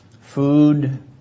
food